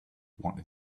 wanted